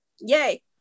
Yay